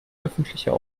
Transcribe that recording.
öffentlicher